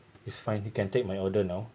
it's fine you can take my order now